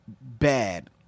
bad